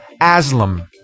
Aslam